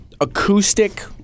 acoustic